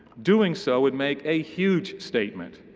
doing so would make a huge statement.